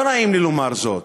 לא נעים לי לומר זאת,